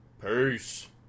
peace